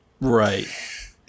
right